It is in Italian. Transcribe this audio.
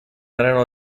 erano